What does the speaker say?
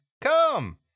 Come